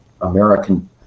American